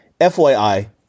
FYI